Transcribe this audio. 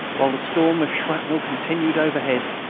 while the storm of shrapnel continued overhead,